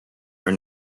are